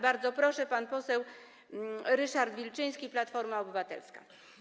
Bardzo proszę, pan poseł Ryszard Wilczyński, Platforma Obywatelska.